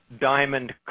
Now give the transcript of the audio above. diamond